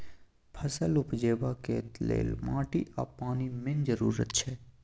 फसल उपजेबाक लेल माटि आ पानि मेन जरुरत छै